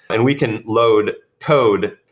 and we can load code.